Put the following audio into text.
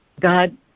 God